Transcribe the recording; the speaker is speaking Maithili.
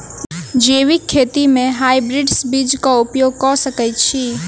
जैविक खेती म हायब्रिडस बीज कऽ उपयोग कऽ सकैय छी?